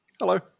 Hello